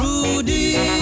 Rudy